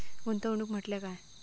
गुंतवणूक म्हटल्या काय?